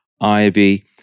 Ivy